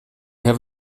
have